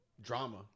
drama